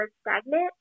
stagnant